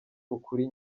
ukuri